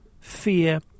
fear